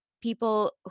people